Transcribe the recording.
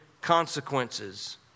consequences